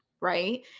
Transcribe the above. right